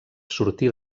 sortir